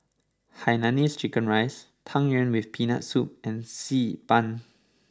Hainanese Chicken Rice Tang Yuen with Peanut Soup and Xi Ban